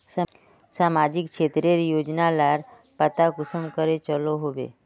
सामाजिक क्षेत्र रेर योजना लार पता कुंसम करे चलो होबे?